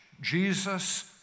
Jesus